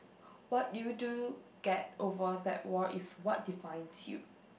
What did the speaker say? what you do get over that wall is what defines you